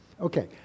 okay